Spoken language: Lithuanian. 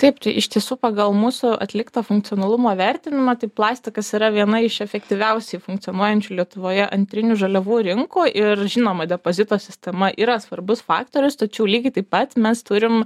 taip tai iš tiesų pagal mūsų atliktą funkcionalumo vertinamą tai plastikas yra viena iš efektyviausiai funkcionuojančių lietuvoje antrinių žaliavų rinkoj ir žinoma depozito sistema yra svarbus faktorius tačiau lygiai taip pat mes turim